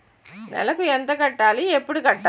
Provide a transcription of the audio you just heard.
నెలకు ఎంత కట్టాలి? ఎప్పుడు కట్టాలి?